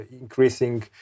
increasing